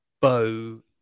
bow